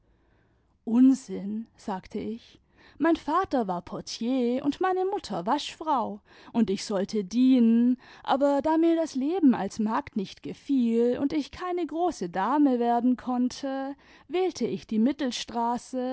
unsinn sagte ich mein vater war portier und meine mutter waschfrau und ich sollte dienen aber da mir das leben als magd nicht gefiel und ich keine große dame werden koimte wählte ich die mittelstraße